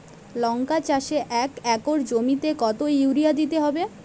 লংকা চাষে এক একর জমিতে কতো ইউরিয়া দিতে হবে?